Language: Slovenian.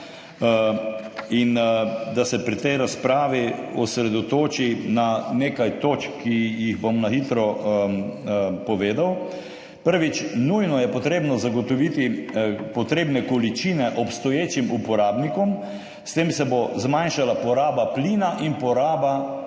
in da se pri tej razpravi osredotoči na nekaj točk, ki jih bom na hitro povedal. Prvič. Nujno je potrebno zagotoviti potrebne količine obstoječim uporabnikom. S tem se bo zmanjšala poraba plina in poraba